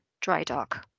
drydock